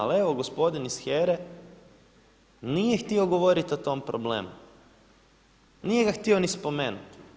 Ali evo, gospodin iz HERA-e nije htio govoriti o tom problemu, nije ga htio ni spomenuti.